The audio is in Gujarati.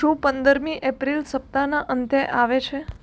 શું પંદરમી એપ્રિલ સપ્તાહના અંતે આવે છે